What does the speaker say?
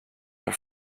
were